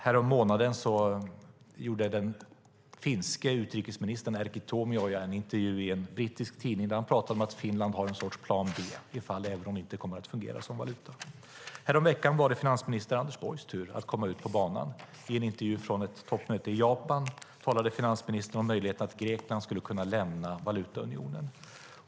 Härommånaden gjorde den finske utrikesministern Erkki Tuomioja en intervju i en brittisk tidning, där han talade om att Finland har en sorts plan B ifall euron inte kommer att fungera som valuta. Häromveckan var det finansminister Anders Borgs tur att komma ut på banan. I en intervju från ett toppmöte i Japan talade finansministern om möjligheten att Grekland skulle kunna lämna valutaunionen.